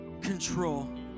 control